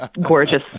gorgeous